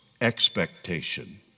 expectation